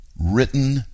written